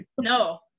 No